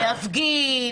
להפגין